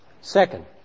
Second